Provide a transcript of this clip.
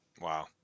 Wow